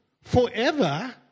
forever